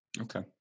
Okay